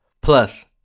Plus